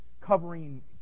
covering